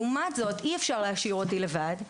אי אפשר אותי לבד.